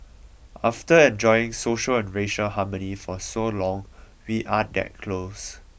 after enjoying social and racial harmony for so long we are that close